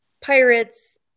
pirates